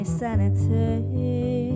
sanity